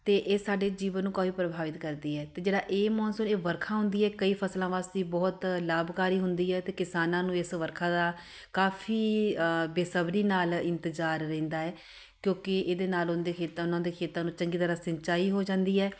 ਅਤੇ ਇਹ ਸਾਡੇ ਜੀਵਨ ਨੂੰ ਕਾਫੀ ਪ੍ਰਭਾਵਿਤ ਕਰਦੀ ਹੈ ਅਤੇ ਜਿਹੜਾ ਇਹ ਮੌਨਸੂਨ ਇਹ ਵਰਖਾ ਹੁੰਦੀ ਹੈ ਕਈ ਫ਼ਸਲਾਂ ਵਾਸਤੇ ਬਹੁਤ ਲਾਭਕਾਰੀ ਹੁੰਦੀ ਹੈ ਅਤੇ ਕਿਸਾਨਾਂ ਨੂੰ ਇਸ ਵਰਖਾ ਦਾ ਕਾਫੀ ਬੇਸਬਰੀ ਨਾਲ ਇੰਤਜ਼ਾਰ ਰਹਿੰਦਾ ਹੈ ਕਿਉਂਕਿ ਇਹਦੇ ਨਾਲ ਉਨ੍ਹਾਂ ਦੇ ਖੇਤਾਂ ਉਹਨਾਂ ਦੇ ਖੇਤਾਂ ਨੂੰ ਚੰਗੀ ਤਰ੍ਹਾਂ ਸਿੰਚਾਈ ਹੋ ਜਾਂਦੀ ਹੈ